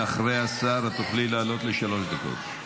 אחרי השר את תוכלי לעלות לשלוש דקות.